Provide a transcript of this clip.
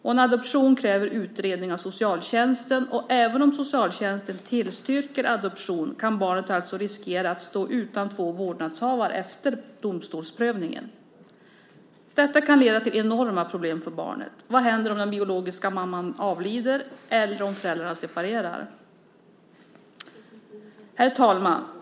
En adoption kräver utredning av socialtjänsten. Även om socialtjänsten tillstyrker adoption kan barnet riskera att stå utan två vårdnadshavare efter domstolsprövningen. Detta kan leda till enorma problem för barnet. Vad händer om den biologiska mamman avlider eller om föräldrarna separerar? Herr talman!